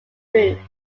room